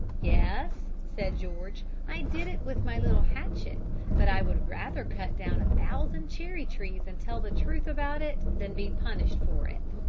yes, said george, i did it with my little hatchet but i would rather cut down a thousand cherry-trees and tell the truth about it than be punished for it.